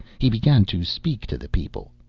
he began to speak to the people,